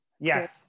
Yes